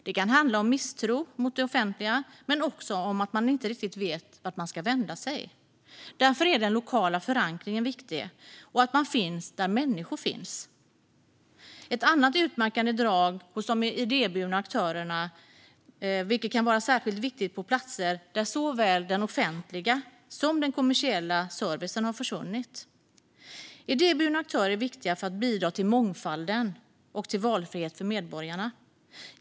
Det kan handla om misstro mot det offentliga men också om att man inte riktigt vet vart man ska vända sig. Därför är den lokala förankringen viktig liksom att man finns där människor finns. Det är ett annat utmärkande drag hos de idéburna aktörerna, vilket kan vara särskilt viktigt på platser där såväl den offentliga som den kommersiella servicen har försvunnit. Idéburna aktörer är viktiga när det gäller att bidra till mångfald och till valfrihet för medborgarna.